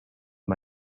m’a